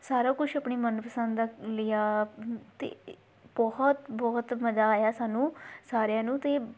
ਸਾਰਾ ਕੁਝ ਆਪਣੀ ਮਨ ਪਸੰਦ ਦਾ ਲਿਆ ਅਤੇ ਬਹੁਤ ਬਹੁਤ ਮਜ਼ਾ ਆਇਆ ਸਾਨੂੰ ਸਾਰਿਆਂ ਨੂੰ ਅਤੇ